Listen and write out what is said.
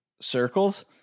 circles